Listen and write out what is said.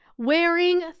Wearing